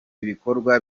ibikorwa